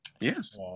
Yes